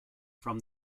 from